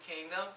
kingdom